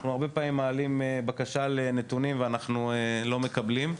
אנחנו הרבה פעמים מעלים בקשה לנתונים ואנחנו לא מקבלים.